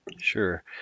Sure